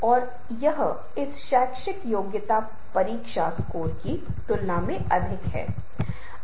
तो एक सांस्कृतिक संदर्भ में इन दो शब्दों के अलग अलग अर्थ हैं